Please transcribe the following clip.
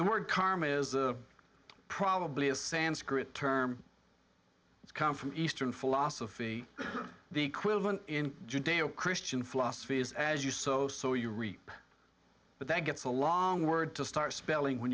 the word karma is probably a sanskrit term that's come from eastern philosophy the equivalent in judeo christian philosophies as you so so you reap but that gets a long word to start spelling when